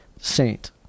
saint